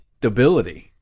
Stability